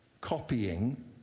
copying